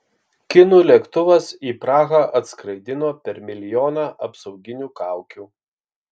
kinų lėktuvas į prahą atskraidino per milijoną apsauginių kaukių